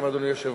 אדוני היושב-ראש: